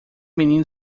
menino